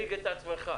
עצמך.